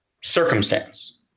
circumstance